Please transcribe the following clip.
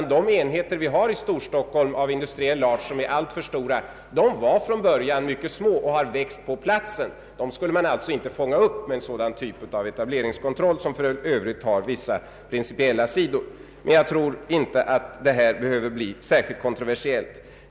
De enheter av industriell art vi har i Storstockholm, som är alltför stora, var från början mycket små och har vuxit på platsen. Dem skulle man alltså inte fånga upp med en sådan typ av etableringskontroll, som för övrigt även har vissa principiella sidor. Men jag tror inte att detta behöver bli särskilt kontroversiellt.